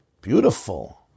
Beautiful